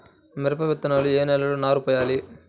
మిరప విత్తనాలు ఏ నెలలో నారు పోయాలి?